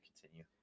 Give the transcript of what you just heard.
continue